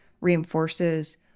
reinforces